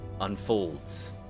unfolds